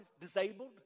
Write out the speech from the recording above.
Disabled